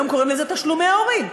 היום קוראים לזה תשלומי הורים.